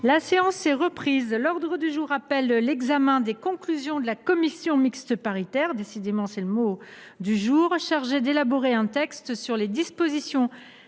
La séance est reprise. L’ordre du jour appelle l’examen des conclusions de la commission mixte paritaire chargée d’élaborer un texte sur les dispositions